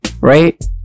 Right